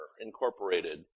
Incorporated